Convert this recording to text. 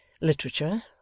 literature